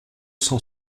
cent